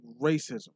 racism